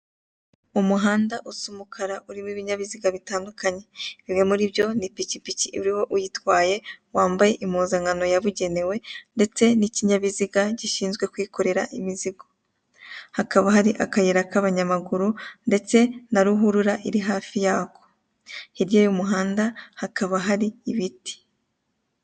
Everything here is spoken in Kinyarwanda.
Umuhanda usa umukara urimo ibinyabiziga bitandukanye. Bimwe muri byo ni ipikipiki iriho uyitwaye, wambaye impuzankano yabugenewe ndetse n'ikinyabiziga gishinzwe kwikorera imizigo. Hakaba hari akayira k'abanyamaguru ndetse na ruhurura iri hafi yako. Hirya y'umuhanda hakaba hari ibiti.